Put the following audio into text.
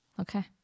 okay